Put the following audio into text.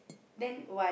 then